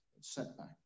setback